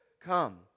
Come